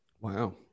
Wow